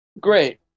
Great